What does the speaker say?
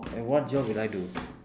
and what job will I do